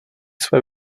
své